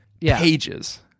pages